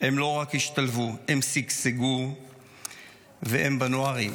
הם לא רק השתלבו, הם שגשגו והם בנו ערים,